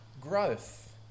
growth